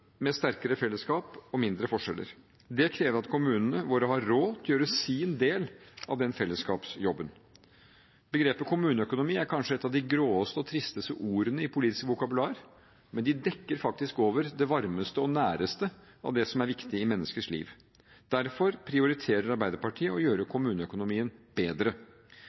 med sterkere fellesskap og mindre forskjeller. Det krever at kommunene våre har råd til å gjøre sin del av den fellesskapsjobben. Begrepet «kommuneøkonomi» er kanskje et av de gråeste og tristeste ordene i det politiske vokabular, men det dekker faktisk over det varmeste og næreste av det som er viktig i menneskers liv. Derfor prioriterer Arbeiderpartiet å gjøre kommuneøkonomien bedre.